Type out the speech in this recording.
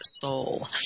Soul